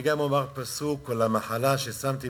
גם אני אומר פסוק: "כל המחלה אשר שמתי